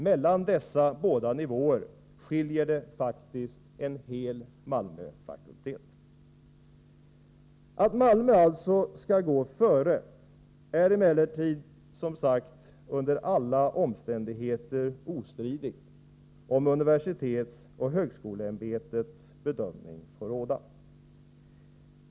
Mellan dessa båda nivåer skiljer det faktiskt en hel Malmöfakultet. Att Malmö skall gå före är emellertid, som sagt, under alla omständigheter ostridigt om universitetsoch högskoleämbetets bedömning får råda.